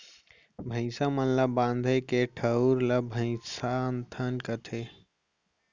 भईंसा मन ल बांधे के ठउर ल भइंसथान कथें